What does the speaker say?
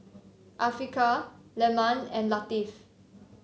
Afiqah Leman and Latif